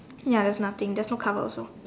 ya there's nothing there's no cover also